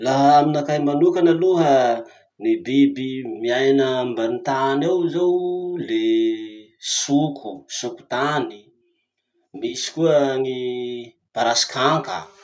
Laha aminakahy manokana aloha, ny biby miaina ambany tany ao zao, le soko, soko tany, misy koa ny parasy kaka.